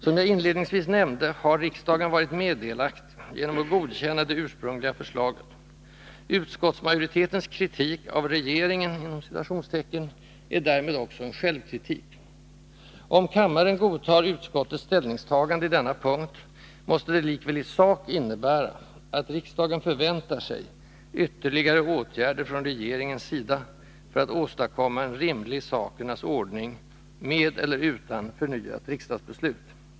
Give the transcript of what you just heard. Som jag inledningsvis nämnde har riksdagen varit delaktig genom att godkänna det ursprungliga förslaget. Utskottsmajoritetens kritik av ”regeringen” är därmed också en självkritik. Om kammaren godtar utskottets ställningstagande i denna punkt, måste detta likväl i sak innebära att riksdagen förväntar sig ”ytterligare åtgärder från regeringens sida” för att åstadkomma en rimlig sakernas ordning, med eller utan förnyat riksdagsbeslut.